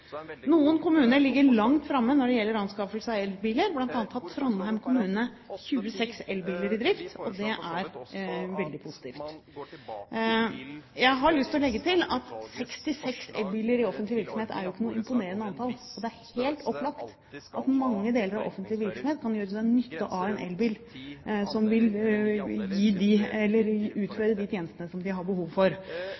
Noen kommuner ligger langt framme når det gjelder anskaffelse av elbiler, bl.a. har Trondheim kommune 26 elbiler i drift, og det er veldig positivt. Jeg har lyst til å legge til at 66 elbiler i offentlig virksomhet er jo ikke noe imponerende antall, og det er helt opplagt at mange deler av offentlig virksomhet kan gjøre seg nytte av en elbil som vil utføre de